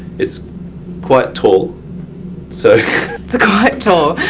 it's quite tall so it's quite tall.